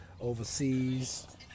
overseas